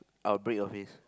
I'll break your face